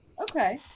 Okay